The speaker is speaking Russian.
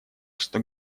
что